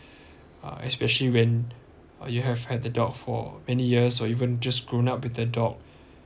uh especially when you have had the dog for many years or even just grown up with the dog